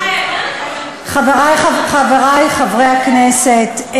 חברי חברי הכנסת,